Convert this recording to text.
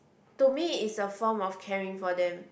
to me is a form of caring for them